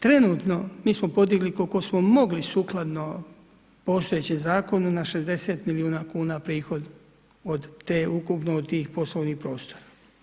Trenutno mi smo podigli koliko smo mogli sukladno postojećem zakonu na 60 milijuna kuna prihod ukupno od tih poslovnih prostora.